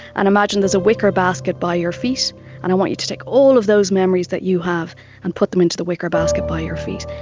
and imagine there's a wicker basket by your feet and i want you to take all of those memories that you have and put them into the wicker basket by your feet.